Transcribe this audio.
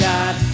God